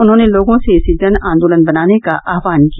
उन्होंने लोगों से इसे जन आन्दोलन बनाने का आहवान किया